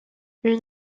une